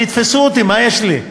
שיתפסו אותי, מה יש לי?